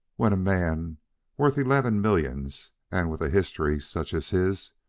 when a man worth eleven millions, and with a history such as his,